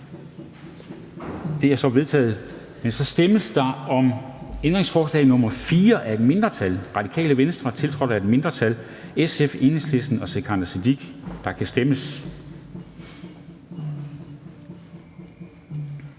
Det er vedtaget. Men så stemmes der om ændringsforslag nr. 4 af et mindretal (RV), tiltrådt af et mindretal (SF, EL og Sikandar Siddique (UFG)), og der kan stemmes.